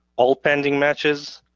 all pending matches,